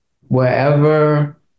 Wherever